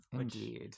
Indeed